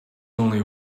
only